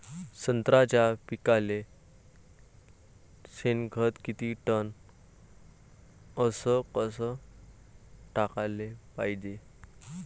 संत्र्याच्या पिकाले शेनखत किती टन अस कस टाकाले पायजे?